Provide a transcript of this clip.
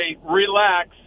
relax